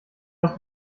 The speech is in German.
aus